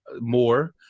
more